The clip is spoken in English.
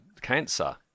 cancer